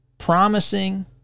Promising